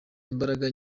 imbaraga